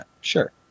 Sure